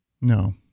No